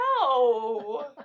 No